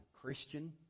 Christian